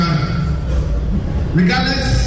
Regardless